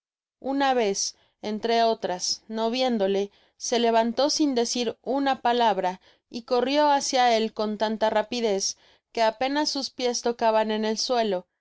una vez entre otras no viéndole se levantó sin decir una palabra y corrio nácia él con tanta rapidez que apenas sus piés locaban en el suelo